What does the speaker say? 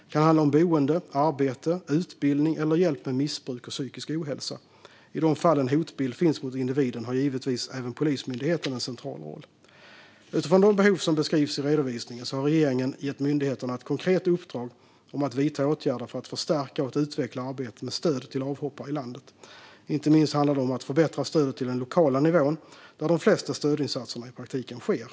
Det kan handla om boende, arbete, utbildning eller hjälp med missbruk och psykisk ohälsa. I de fall en hotbild finns mot individen har givetvis även Polismyndigheten en central roll. Utifrån de behov som beskrivs i redovisningen har regeringen gett myndigheterna ett konkret uppdrag om att vidta åtgärder för att förstärka och utveckla arbetet med stöd till avhoppare i landet. Inte minst handlar det om att förbättra stödet till den lokala nivån, där de flesta stödinsatserna i praktiken sker.